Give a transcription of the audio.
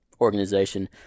organization